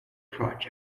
project